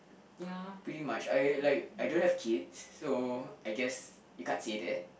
ya pretty much I like I don't have kids so I guess you can't say that